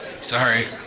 Sorry